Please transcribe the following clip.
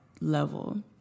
level